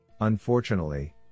Unfortunately